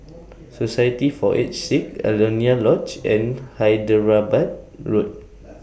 Society For Aged Sick Alaunia Lodge and Hyderabad Road